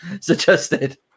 suggested